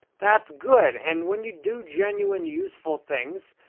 that's good and when you do genuine, useful things,